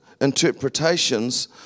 interpretations